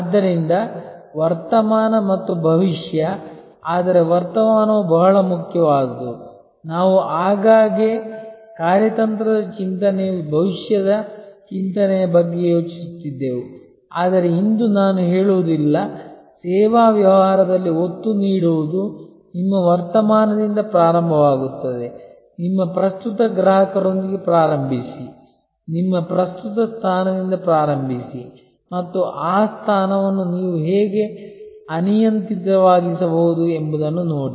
ಆದ್ದರಿಂದ ವರ್ತಮಾನ ಮತ್ತು ಭವಿಷ್ಯ ಆದರೆ ವರ್ತಮಾನವು ಬಹಳ ಮುಖ್ಯವಾದುದು ನಾವು ಆಗಾಗ್ಗೆ ಕಾರ್ಯತಂತ್ರದ ಚಿಂತನೆಯು ಭವಿಷ್ಯದ ಚಿಂತನೆಯ ಬಗ್ಗೆ ಯೋಚಿಸುತ್ತಿದ್ದೆವು ಆದರೆ ಇಂದು ನಾನು ಹೇಳುವುದಿಲ್ಲ ಸೇವಾ ವ್ಯವಹಾರದಲ್ಲಿ ಒತ್ತು ನೀಡುವುದು ನಿಮ್ಮ ವರ್ತಮಾನದಿಂದ ಪ್ರಾರಂಭವಾಗುತ್ತದೆ ನಿಮ್ಮ ಪ್ರಸ್ತುತ ಗ್ರಾಹಕರೊಂದಿಗೆ ಪ್ರಾರಂಭಿಸಿ ನಿಮ್ಮ ಪ್ರಸ್ತುತ ಸ್ಥಾನದಿಂದ ಪ್ರಾರಂಭಿಸಿ ಮತ್ತು ಆ ಸ್ಥಾನವನ್ನು ನೀವು ಹೇಗೆ ಅನಿಯಂತ್ರಿತವಾಗಿಸಬಹುದು ಎಂಬುದನ್ನು ನೋಡಿ